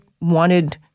wanted